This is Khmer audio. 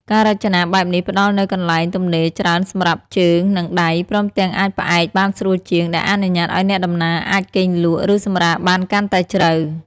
ការរចនាបែបនេះផ្ដល់នូវកន្លែងទំនេរច្រើនសម្រាប់ជើង និងដៃ ព្រមទាំងអាចផ្អែកបានស្រួលជាង ដែលអនុញ្ញាតឱ្យអ្នកដំណើរអាចគេងលក់ ឬសម្រាកបានកាន់តែជ្រៅ។